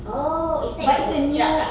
oh is that good sedap tak